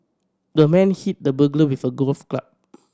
the man hit the burglar with a golf club